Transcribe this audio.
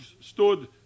stood